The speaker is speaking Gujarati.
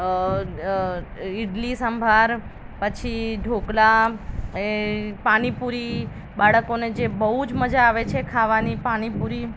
અ ઈડલી સંભાર પછી ઢોકળા એ પાણીપુરી બાળકોને જે બહુ જ મજા આવે છે ખાવાની પાણીપુરી